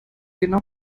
genau